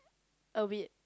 a bit